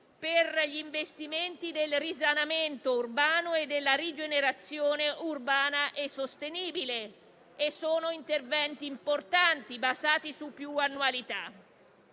per gli investimenti nel risanamento urbano e nella rigenerazione urbana e sostenibile. Si tratta di interventi importanti, basati su più annualità.